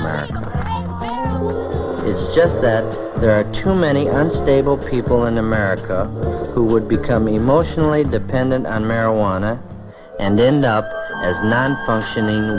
america is just that there are too many unstable people in america who would become emotionally dependent on marijuana and end up as nonfunctioning